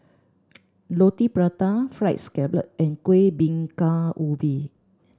Roti Prata Fried Scallop and Kueh Bingka Ubi